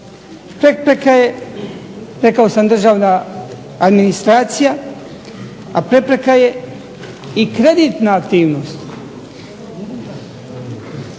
Prepreke, rekao sam državna administracija, a prepreka je i kreditna aktivnost.